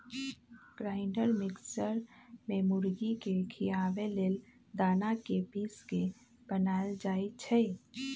grinder mixer में मुर्गी के खियाबे लेल दना के पिस के बनाएल जाइ छइ